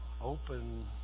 open